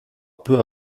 peu